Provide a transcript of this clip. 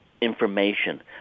information